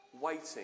waiting